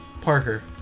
parker